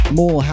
more